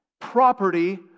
Property